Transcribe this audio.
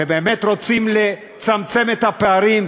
ובאמת רוצים לצמצם את הפערים,